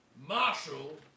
Marshall